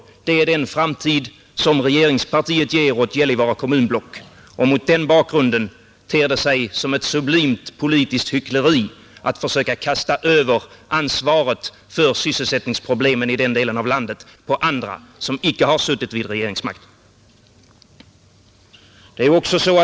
Det är den framtid som regeringspartiet ger åt Gällivare kommunblock, och mot den bakgrunden ter det sig som ett sublimt politiskt hyckleri att försöka kasta över ansvaret för sysselsättningsproblemen i den delen av landet på andra som icke har suttit vid regeringsmakten.